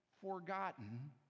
forgotten